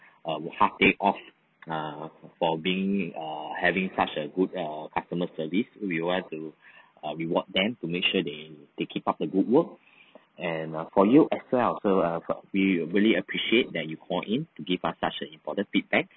a half day off err for being err having such a good err customer service we want to err reward them to make sure they they keep up the good work and err for you as well so err we really appreciate that you called in to give us such an important feedback